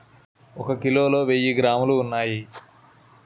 ఒక కిలోలో వెయ్యి గ్రాములు ఉన్నాయి